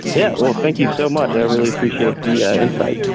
yeah, well, thank you so much. i really appreciate the ah insight.